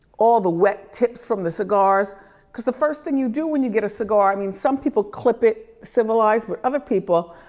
all the wet tips from the cigars cause the first thing you do when you get a cigar, i mean some people clip it civilized, but other people